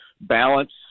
balance